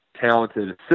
talented